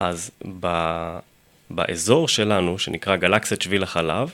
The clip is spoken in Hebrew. אז באזור שלנו, שנקרא גלקסיית שביל החלב,